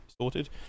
sorted